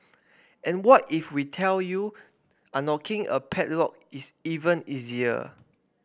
and what if we tell you unlocking a padlock is even easier